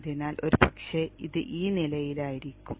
അതിനാൽ ഒരുപക്ഷേ ഇത് ഈ നിലയിലായിരിക്കും